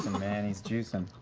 he's juicing.